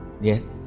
Yes